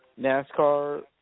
NASCAR